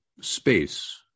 space